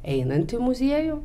einant į muziejų